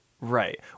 Right